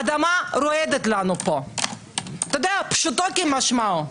האדמה רועדת לנו פה פשוטו כמשמעו.